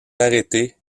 arrêtée